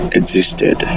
existed